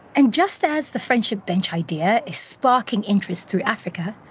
and just as the friendship bench idea is sparking interest through africa,